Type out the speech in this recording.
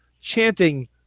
chanting